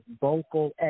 vocal